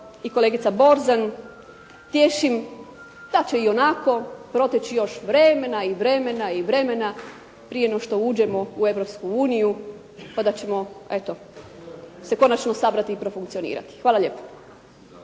i kolegica Borzan tješim da će ionako proteći još vremena i vremena i vremena prije no što uđemo u Europsku uniju pa da ćemo eto se konačno sabrati i profunkcionirati. Hvala lijepo.